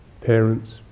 Parents